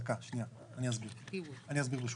אני אסביר ברשותכם.